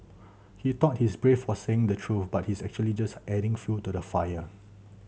he thought he's brave for saying the truth but he's actually just adding fuel to the fire